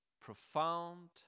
profound